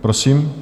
Prosím.